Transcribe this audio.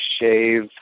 shave